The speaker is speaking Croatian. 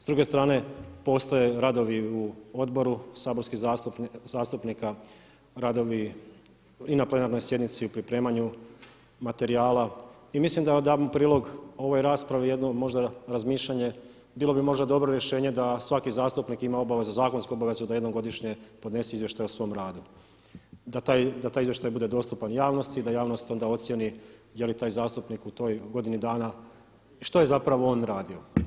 S druge strane postoje radovi u odboru saborskih zastupnika, radovi i na plenarnoj sjednici u pripremanju materijala i mislim da dam prilog ovoj raspravi jedno možda razmišljanje bilo bi možda dobro rješenje da svaki zastupnik ima obavezu, zakonsku obavezu da jednom godišnje podnese izvještaj o svom radu, da taj izvještaj bude dostupan javnosti i da javnost onda ocijeni je li taj zastupnik u toj godini dana, što je zapravo on radio.